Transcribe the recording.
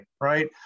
right